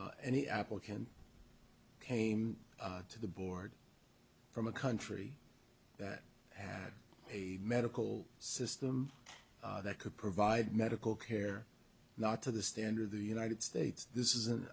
any applicant came to the board from a country that had a medical system that could provide medical care not to the standard the united states this is an